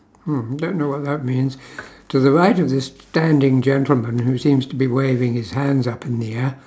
hmm don't know what that means to the right of this standing gentleman who seems to be waving his hands up in the air